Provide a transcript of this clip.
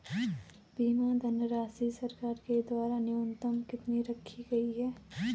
बीमा धनराशि सरकार के द्वारा न्यूनतम कितनी रखी गई है?